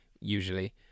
usually